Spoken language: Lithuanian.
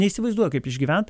neįsivaizduoju kaip išgyvent